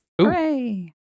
Hooray